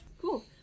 Cool